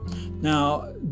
now